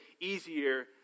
easier